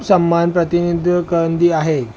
सम्मान प्रतिनिधियूं कंदी आहे